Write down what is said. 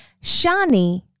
Shani